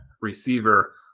receiver